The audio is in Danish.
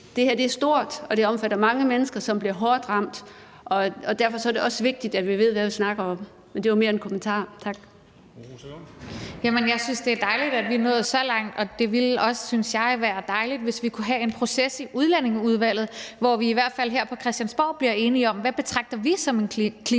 For det er stort og omfatter mange mennesker, som bliver hårdt ramt. Derfor er det også vigtigt, at vi ved, hvad vi snakker om. Det var mere en kommentar. Tak.